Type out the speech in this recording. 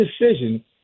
decision